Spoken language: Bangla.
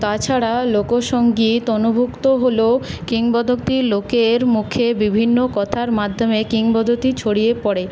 তাছাড়া লোকসঙ্গীত অনুভুক্ত হলো কিংবদন্তি লোকের মুখে বিভিন্ন কথার মাধ্যমে কিংবদন্তি ছড়িয়ে পড়ে